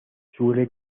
suele